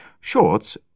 shorts